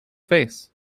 face